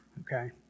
okay